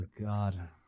God